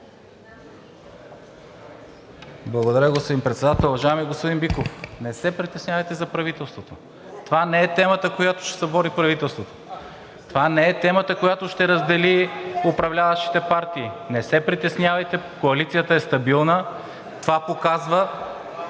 Благодаря, господин Председател. Уважаеми господин Биков, не се притеснявайте за правителството. Това не е темата, която ще събори правителството. Това не е темата, която ще раздели управляващите партии. Не се притеснявайте. Коалицията е стабилна. Това показва